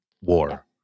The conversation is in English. war